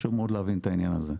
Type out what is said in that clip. חשוב מאוד להבין את העניין הזה.